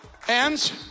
hands